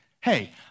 hey